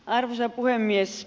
arvoisa puhemies